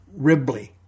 Ribley